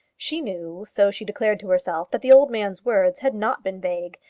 she knew so she declared to herself that the old man's words had not been vague.